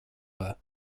bada